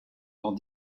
dans